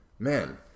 Man